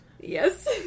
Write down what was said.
Yes